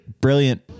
brilliant